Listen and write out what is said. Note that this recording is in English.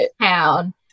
town